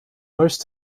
most